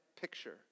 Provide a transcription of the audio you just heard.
picture